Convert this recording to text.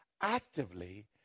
actively